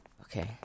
Okay